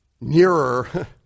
nearer